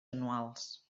anuals